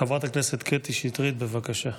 חברת הכנסת קטי שטרית, בבקשה.